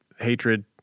hatred